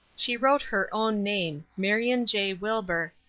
she wrote her own name, marion j. wilbur,